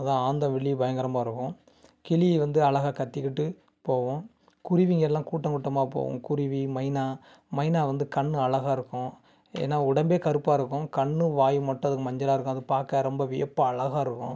அது ஆந்தை விழி பயங்கரமாக இருக்கும் கிளி வந்து அழகா கத்திக்கிட்டு போகும் குருவிங்கெல்லாம் கூட்டம் கூட்டமாக போகும் குருவி மைனா மைனா வந்து கண் அழகா இருக்கும் ஏன்னால் உடம்பே கருப்பாக இருக்கும் கண் வாய் மட்டும் அதுக்கு மஞ்சளாக இருக்கும் அது பார்க்க ரொம்ப வியப்பாக அழகா இருக்கும்